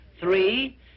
Three